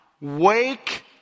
Wake